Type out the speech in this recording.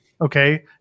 Okay